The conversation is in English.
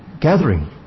Gathering